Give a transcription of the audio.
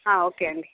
okay అండి